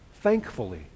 thankfully